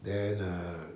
then err